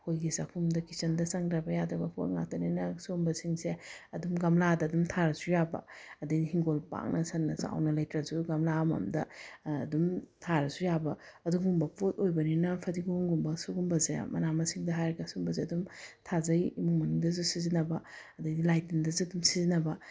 ꯑꯩꯈꯣꯏꯒꯤ ꯆꯥꯛꯈꯨꯝꯗ ꯀꯤꯠꯆꯟꯗ ꯆꯪꯗ꯭ꯔꯕ ꯌꯥꯗꯕ ꯄꯣꯠ ꯉꯥꯛꯇꯅꯤꯅ ꯁꯨꯝꯕꯁꯤꯡꯁꯦ ꯑꯗꯨꯝ ꯒꯝꯂꯥꯗ ꯑꯗꯨꯝ ꯊꯥꯔꯁꯨ ꯌꯥꯕ ꯑꯗꯒꯤꯗꯤ ꯏꯪꯈꯣꯜ ꯄꯥꯛꯅ ꯁꯟꯅ ꯆꯥꯎꯅ ꯂꯩꯇ꯭ꯔꯁꯨ ꯒꯝꯂꯥ ꯑꯃꯃꯝꯗ ꯑꯗꯨꯝ ꯊꯥꯔꯁꯨ ꯌꯥꯕ ꯑꯗꯨꯒꯨꯝꯕ ꯄꯣꯠ ꯑꯣꯏꯕꯅꯤꯅ ꯐꯗꯤꯒꯣꯝꯒꯨꯝꯕ ꯁꯨꯒꯨꯝꯕꯁꯦ ꯃꯅꯥ ꯃꯁꯤꯡꯗ ꯍꯥꯏꯔꯒ ꯁꯨꯝꯕꯁꯦ ꯑꯗꯨꯝ ꯊꯥꯖꯩ ꯏꯃꯨꯡ ꯃꯅꯨꯡꯗꯁꯨ ꯁꯤꯖꯤꯟꯅꯕ ꯑꯗꯩꯗꯤ ꯂꯥꯏ ꯇꯤꯟꯗꯁꯨ ꯑꯗꯨꯝ ꯁꯤꯖꯤꯟꯅꯕ